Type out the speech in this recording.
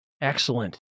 Excellent